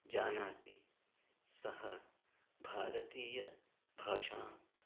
जानाति सः भारतीयभाषाम्